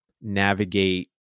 navigate